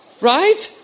Right